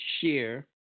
share